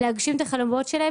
להגשים את החלומות שלהם,